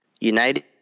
United